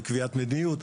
בקביעת מדיניות.